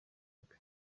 rwe